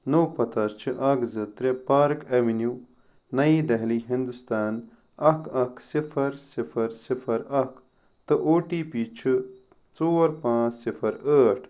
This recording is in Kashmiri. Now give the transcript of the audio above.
نوٚو پتہ چھُ اکھ زٕ ترٛےٚ پارک ایٚونِو نئی دہلی ہنٛدوستان اکھ اکھ صفر صفر صفر اکھ تہٕ او ٹی پی چھُ ژور پانٛژھ صفر ٲٹھ